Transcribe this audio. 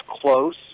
close